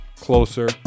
Closer